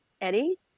Eddie